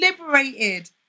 liberated